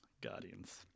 Guardians